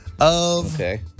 Okay